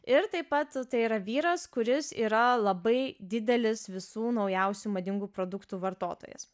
ir taip pat tai yra vyras kuris yra labai didelis visų naujausių madingų produktų vartotojas